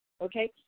okay